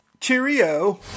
Cheerio